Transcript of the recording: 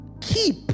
keep